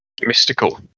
Mystical